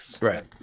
right